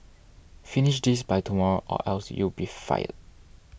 finish this by tomorrow or else you'll be fired